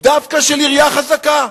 דווקא של עירייה חזקה,